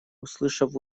услышав